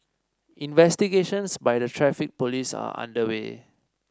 investigations by the Traffic Police are underway